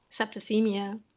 septicemia